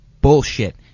Bullshit